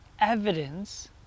evidence